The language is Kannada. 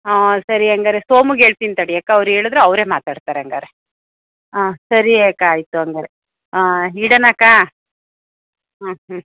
ಹಾಂ ಸರಿ ಹಂಗಾರೆ ಸೋಮುಗೆ ಹೇಳ್ತಿನ್ ತಡಿ ಅಕ್ಕ ಅವ್ರು ಹೇಳದ್ರೆ ಅವರೇ ಮಾತಾಡ್ತಾರೆ ಹಂಗಾರೆ ಹಾಂ ಸರಿ ಅಕ್ಕ ಆಯಿತು ಹಂಗಾರೆ ಹಾಂ ಇಡೋಣಕ್ಕ ಹಾಂ ಹ್ಞೂ